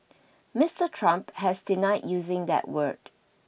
Mister Trump has denied using that word